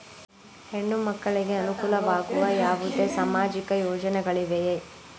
ಹೆಣ್ಣು ಮಕ್ಕಳಿಗೆ ಅನುಕೂಲವಾಗುವ ಯಾವುದೇ ಸಾಮಾಜಿಕ ಯೋಜನೆಗಳಿವೆಯೇ?